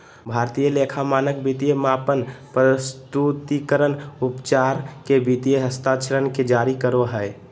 भारतीय लेखा मानक वित्तीय मापन, प्रस्तुतिकरण, उपचार के वित्तीय हस्तांतरण के जारी करो हय